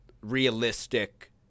realistic